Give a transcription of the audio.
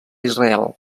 israel